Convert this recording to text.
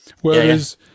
Whereas